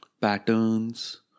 patterns